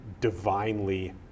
divinely